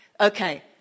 Okay